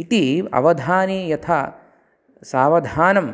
इति अवधाने यथा सावधानं